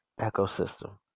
ecosystem